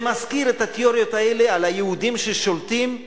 זה מזכיר את התיאוריות האלה על היהודים ששולטים.